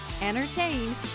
entertain